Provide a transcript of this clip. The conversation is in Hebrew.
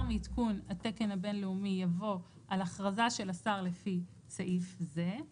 מעדכון התקן הבין־לאומי," יבוא "על אכרזה של השר לפי סעיף זה";